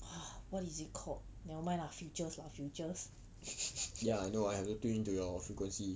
ya I know I haven't tune into your frequency